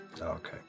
okay